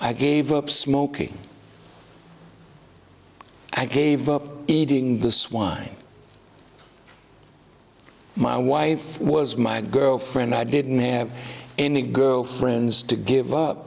i gave up smoking i gave up eating the swine my wife was my girlfriend i didn't have any girlfriends to give up